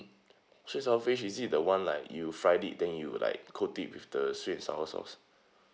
sweet and sour fish is it the one like you fried it then you like coat it with the sweet and sour sauce